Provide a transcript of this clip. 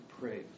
pray